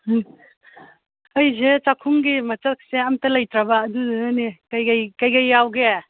ꯎꯝ ꯑꯩꯁꯦ ꯆꯥꯛꯈꯨꯝꯒꯤ ꯃꯆꯥꯛꯁꯦ ꯑꯝꯇ ꯂꯩꯇ꯭ꯔꯕ ꯑꯗꯨꯗꯨꯅꯅꯦ ꯀꯩ ꯀꯩ ꯀꯩ ꯀꯩ ꯀꯩ ꯌꯥꯎꯒꯦ